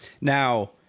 now